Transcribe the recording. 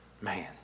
Man